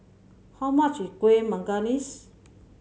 how much is Kuih Manggis